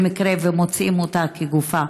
במקרה שמוצאים אותה כגופה.